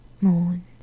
moon